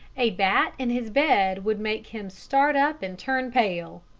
a bat in his bed would make him start up and turn pale.